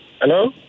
Hello